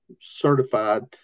certified